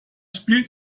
spielt